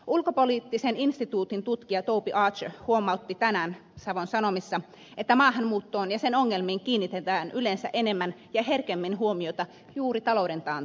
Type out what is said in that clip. ulkopoliittisen instituutin tutkija toby archer huomautti tänään savon sanomissa että maahanmuuttoon ja sen ongelmiin kiinnitetään yleensä enemmän ja herkemmin huomiota juuri talouden taantuessa